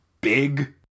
big